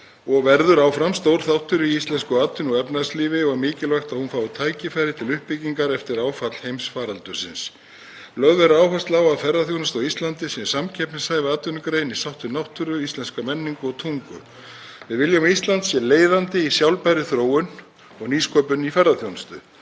og verður áfram stór þáttur í íslensku atvinnu- og efnahagslífi og mikilvægt að hún fái tækifæri til uppbyggingar eftir áföll heimsfaraldursins. Lögð verður áhersla á að ferðaþjónusta á Íslandi sé samkeppnishæf atvinnugrein í sátt við náttúru, íslenska menningu og tungu. Við viljum að Ísland sé leiðandi í sjálfbærri þróun og nýsköpun í ferðaþjónustu.